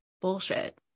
bullshit